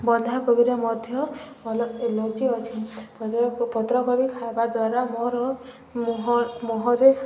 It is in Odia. ବନ୍ଧାକୋବିରେ ମଧ୍ୟ ଭଲ ଏନର୍ଜି ଅଛି ପତ୍ରକୋ ପତ୍ରକୋବି ଖାଇବା ଦ୍ୱାରା ମୋର ମୁହଁ ମୁହଁରେ